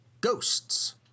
ghosts